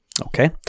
Okay